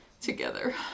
together